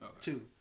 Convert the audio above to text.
two